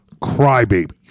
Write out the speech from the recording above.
crybabies